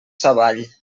savall